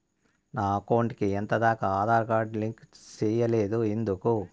నా అకౌంట్ కు ఎంత దాకా ఆధార్ కార్డు లింకు సేయలేదు ఎందుకు